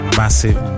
massive